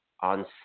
on